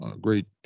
great